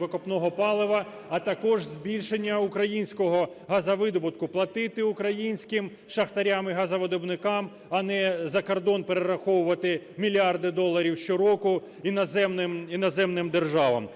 викупного палива, а також збільшення українського газовидобутку, платити українським шахтарям і газовидобувникам, а не за кордон перераховувати мільярди доларів щороку іноземним державам.